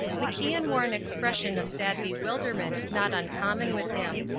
macian wore an expression of sad bewilderment not uncommon with him.